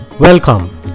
Welcome